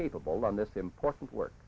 capable on this important work